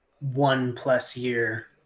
one-plus-year